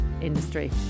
industry